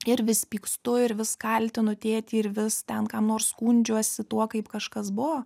ir vis pykstu ir vis kaltinu tėtį ir vis ten kam nors skundžiuosi tuo kaip kažkas buvo